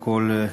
קודם כול,